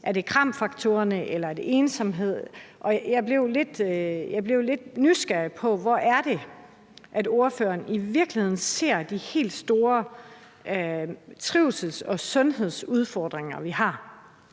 om det er KRAM-faktorerne, eller om det er ensomhed. Jeg blev lidt nysgerrig på, hvor det er, ordføreren i virkeligheden ser de helt store trivsels- og sundhedsudfordringer, vi har.